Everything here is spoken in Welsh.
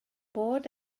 bod